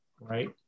Right